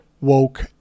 Woke